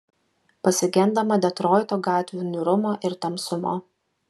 pasigendama detroito gatvių niūrumo ir tamsumo